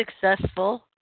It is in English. successful